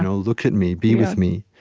you know look at me. be with me.